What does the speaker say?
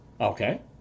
Okay